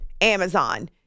Amazon